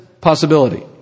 possibility